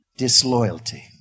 disloyalty